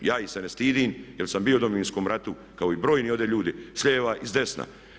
Ja ih se ne stidim jer sam bio u Domovinskom rata kao i brojni ovdje ljudi s lijeva i s desna.